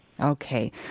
Okay